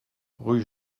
rue